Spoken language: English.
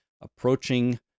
approaching